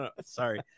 Sorry